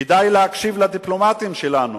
כדאי להקשיב לדיפלומטים שלנו,